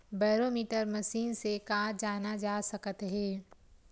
Barometer machine से का जाना जा सकत हे?